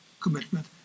commitment